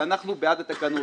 שאנחנו בעד התקנות.